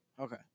Okay